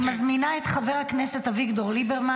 אני מזמינה את חבר הכנסת אביגדור ליברמן